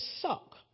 suck